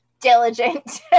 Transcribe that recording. diligent